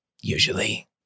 Usually